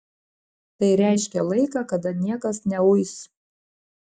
tai reiškė laiką kada niekas neuis